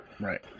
right